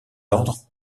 ordres